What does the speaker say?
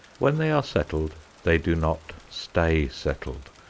when they are settled they do not stay settled,